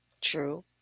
True